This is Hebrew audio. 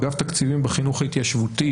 אגף התקציבים בחינוך ההתיישבותי,